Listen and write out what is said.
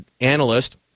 analyst